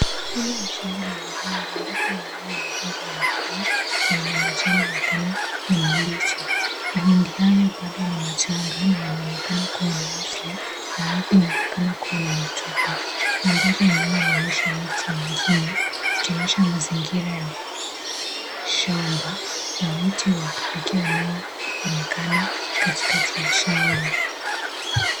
Hili ni shamba la mahindid ambapo mimea ya mahindi imekua na ina machani mapana na mahind mabichi, mahindi hayo bado ni machanga bado yanaonekana kuwa na aya na ardhi inaonekana kuwa na rotuba, mandari ya nyuma inaonyesha miti mingine ikionyesha mazingira ya shamba na mti wa kipekee unaonekana katikati ya shamba.